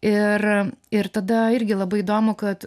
ir ir tada irgi labai įdomu kad